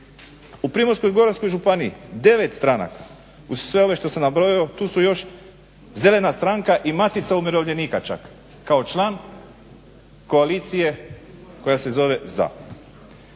U Primorsko-goranskoj županiji 9 stranaka uz sve ove što sam nabrojao tu su još Zelena stranka i Matica umirovljenika čak kao član koalicije koja se zove